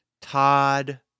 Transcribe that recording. Todd